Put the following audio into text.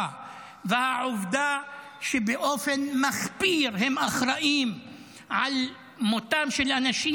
והעובדה שבאופן מחפיר הם אחראים למותם של אנשים,